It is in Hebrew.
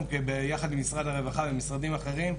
אנחנו יחד עם משרד הרווחה ומשרדים אחרים,